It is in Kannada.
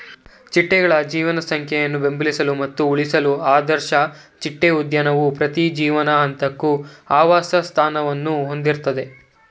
ಚಿಟ್ಟೆಗಳ ಜನಸಂಖ್ಯೆ ಬೆಂಬಲಿಸಲು ಮತ್ತು ಉಳಿಸಲು ಆದರ್ಶ ಚಿಟ್ಟೆ ಉದ್ಯಾನವು ಪ್ರತಿ ಜೀವನ ಹಂತಕ್ಕೂ ಆವಾಸಸ್ಥಾನವನ್ನು ಹೊಂದಿರ್ತದೆ